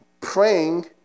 praying